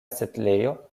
setlejo